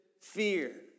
fear